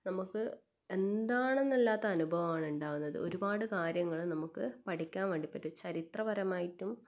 നമുക്ക് എന്താണെന്നല്ലാത്ത അനുഭവമാണ് ഉണ്ടാവുന്നത് ഒരുപാട് കാര്യങ്ങൾ നമുക്ക് പഠിക്കാൻ വേണ്ടി പിന്നെ ചരിത്രപരമായിട്ടും